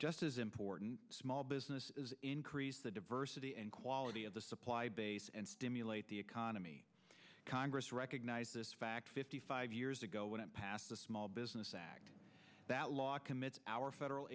just as important small business is increase the diversity and quality of the supply base and stimulate the economy congress recognize this fact fifty five years ago when it passed the small business that law commits our federal